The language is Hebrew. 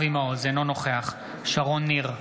בהצבעה אבי מעוז, אינו נוכח שרון ניר,